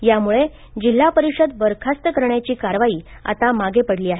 त्यामुळे जिल्हा परिषद बरखास्त करण्याची कारवाई आता मागे पडली आहे